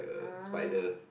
ah